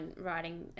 writing